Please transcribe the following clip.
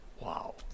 Wow